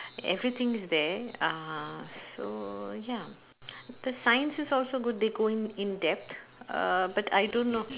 everything is there (uh huh) so ya the science is also good they go in in depth uh but I don't know